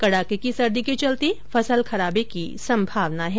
कड़ाके की सर्दी के चलते फसल खराबे की संभावना है